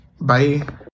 bye